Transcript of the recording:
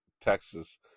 Texas